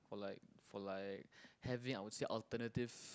for like for like having I would say alternative